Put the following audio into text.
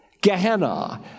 Gehenna